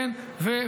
כן,